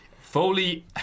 Foley